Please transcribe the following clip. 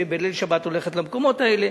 שבליל שבת הולכת למקומות האלה,